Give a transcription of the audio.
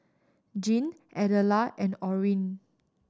Gene Adela and Orene